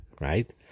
Right